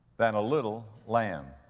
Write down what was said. than a little lamb.